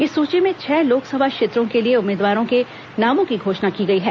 इस सूची में छह लोकसभा क्षेत्रों के लिए उम्मीदवारों के नामों की घोषणा की गई है